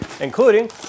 including